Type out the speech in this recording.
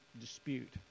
dispute